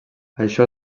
això